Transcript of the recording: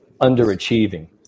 underachieving